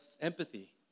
empathy